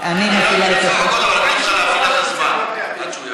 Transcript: אני מפעילה את השעון, את לא